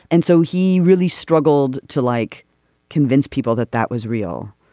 and so he really struggled to like convince people that that was real.